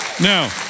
Now